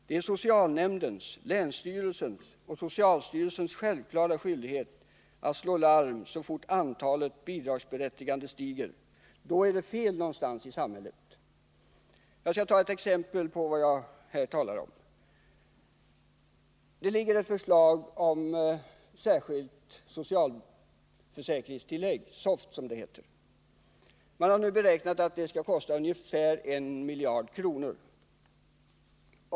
Det är socialnämndens, länsstyrelsens och socialstyrelsens självklara skyldighet att slå larm så fort antalet bidragsberättigade stiger — då är det fel någonstans i samhället. Jag skall ta ett exempel på vad jag här talar om. Det finns ett förslag om ett särskilt socialförsäkringstillägg, Soft, som det kallas. Man har nu beräknat att det skulle kosta ungefär 1 miljard kronor per år.